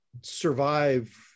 survive